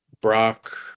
Brock